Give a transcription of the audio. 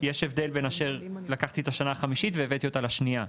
יש הבדל בין אשר לקחתי את השנה החמישית והראיתי אותה לשנייה.